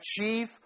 achieve